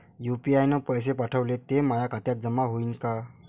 UPI न पैसे पाठवले, ते माया खात्यात जमा होईन का?